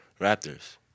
Raptors